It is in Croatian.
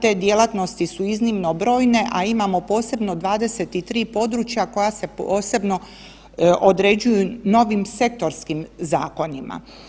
Te djelatnosti su iznimno brojne, a imamo posebno 23 područja koja se posebno određuju novim sektorskim zakonima.